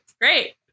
Great